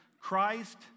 Christ